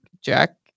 Jack